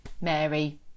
Mary